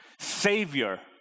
Savior